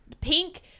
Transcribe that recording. pink